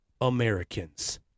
Americans